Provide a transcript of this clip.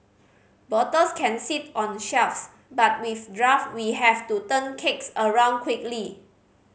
bottles can sit on shelves but with draft we have to turn kegs around quickly